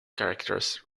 characters